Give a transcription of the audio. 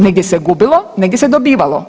Negdje se gubilo, negdje se dobivalo.